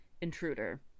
intruder